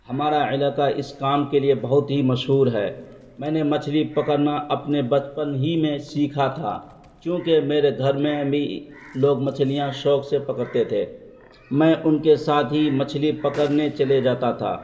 ہمارا علاقہ اس کام کے لیے بہت ہی مشہور ہے میں نے مچھلی پکڑنا اپنے بچپن ہی میں سیکھا تھا چونکہ میرے گھر میں بھی لوگ مچھلیاں شوق سے پکڑتے تھے میں ان کے ساتھ ہی مچھلی پکڑنے چلے جاتا تھا